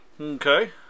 Okay